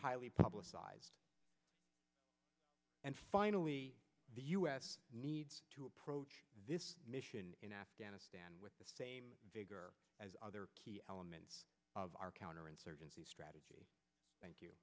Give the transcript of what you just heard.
highly publicized and finally the u s needs to approach this mission in afghanistan with the same vigor as other key elements of our counterinsurgency strategy thank you